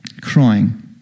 crying